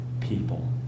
people